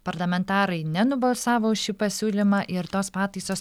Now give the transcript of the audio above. parlamentarai nenubalsavo už šį pasiūlymą ir tos pataisos